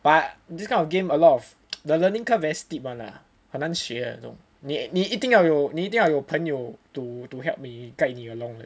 but this kind of game a lot of the learning curve very steep [one] lah 很难学的这种你你你一定要有你一定那个要有朋友 to help 你 guide 你 along lah